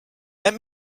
let